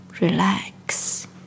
relax